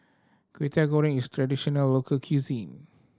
Kway Teow Goreng is a traditional local cuisine